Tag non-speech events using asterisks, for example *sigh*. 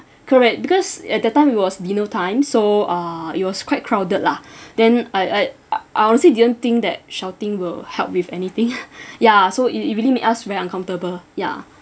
correct because at that time it was dinner time so uh it was quite crowded lah then I I uh I honestly didn't think that shouting will help with anything *laughs* ya so it it really made us very uncomfortable ya